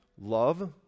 love